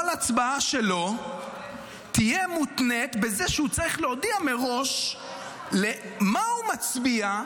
כל הצבעה שלו תהיה מותנית בזה שהוא צריך להודיע מראש מה הוא מצביע,